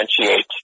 differentiate